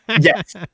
yes